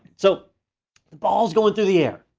so the ball's going through the air,